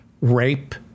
rape